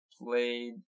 played